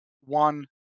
one